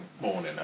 Morning